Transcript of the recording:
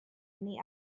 many